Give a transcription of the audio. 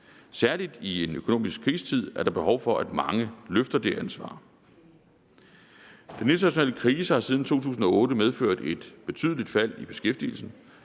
Særlig i en økonomisk krisetid er der behov for, at mange løfter det ansvar. Den internationale krise har siden 2008 medført et betydeligt fald i beskæftigelsen,